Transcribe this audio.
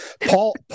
Paul